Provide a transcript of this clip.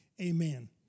amen